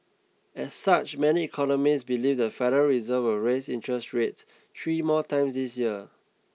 as such many economists believe the Federal reserve will raise interest rates three more times this year